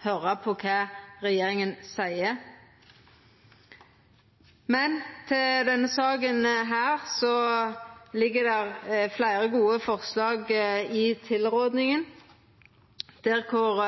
høyra på kva regjeringa seier. Til denne saka ligg det fleire gode forslag i tilrådinga. For